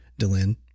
Dylan